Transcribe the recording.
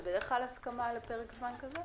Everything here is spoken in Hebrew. בדרך כלל יש הסכמה לפרק זמן כזה?